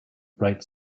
bright